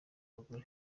abagore